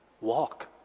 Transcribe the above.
Walk